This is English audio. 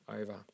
over